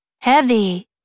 Heavy